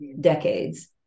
decades